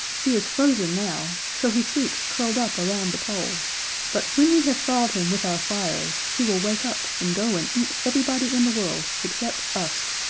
he is frozen now so he sleeps curled up around the pole but when we have thawed him with our fires he will wake up and go and eat everybody in the world except us.